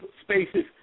spaces